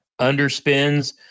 underspins